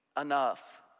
enough